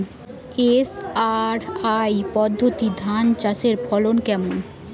SRI পদ্ধতি ধান চাষের ফলন কেমন?